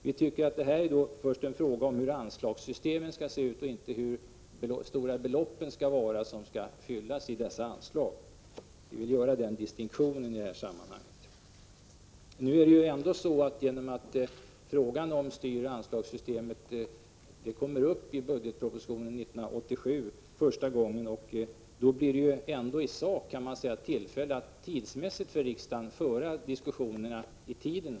Vi tycker att det i första hand är fråga om hur anslagssystemen skall vara utformade och inte om hur stora belopp som skall fylla dessa anslag. Den distinktionen vill vi göra. Eftersom frågan om styroch anslagssystemet i en första omgång kommer att föreläggas riksdagen i budgetpropositionen 1987 blir det ändå givetvis ett tidsmässigt samband så till vida som de båda aspekterna organisation och pengar då kan diskuteras samtidigt här i riksdagen.